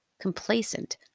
complacent